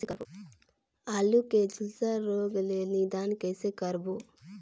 आलू के झुलसा रोग ले निदान कइसे करबो?